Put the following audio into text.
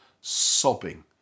sobbing